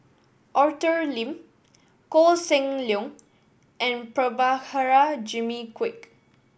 Arthur Lim Koh Seng Leong and Prabhakara Jimmy Quek